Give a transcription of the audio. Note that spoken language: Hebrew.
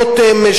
רותם,